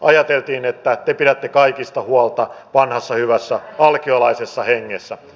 ajateltiin että te pidätte kaikista huolta vanhassa hyvässä alkiolaisessa hengessä